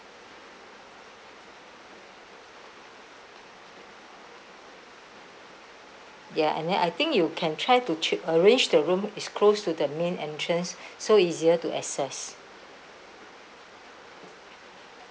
ya and then I think you can try to ch~ arrange the room is close to the main entrance so easier to access